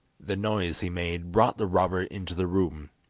the noise he made brought the robber into the room.